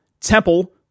Temple